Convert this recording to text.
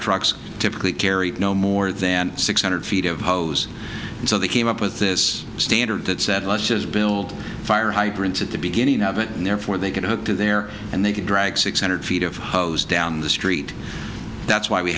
trucks typically carry no more than six hundred feet of hose so they came up with this standard that said let's just build fire hydrants at the beginning of it and therefore they can hook to there and they can drag six hundred feet of hose down the street that's why we